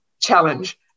challenge